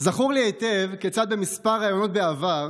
זכור לי היטב כיצד בכמה ראיונות בעבר